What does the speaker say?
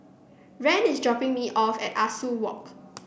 Rand is dropping me off at Ah Soo Walk